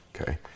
Okay